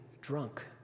drunk